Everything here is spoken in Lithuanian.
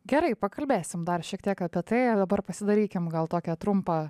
gerai pakalbėsim dar šiek tiek apie tai dabar pasidarykim gal tokią trumpą